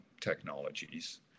technologies